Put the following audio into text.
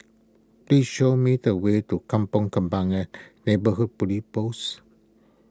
please show me the way to Kampong Kembangan Neighbourhood Police Post